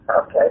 Okay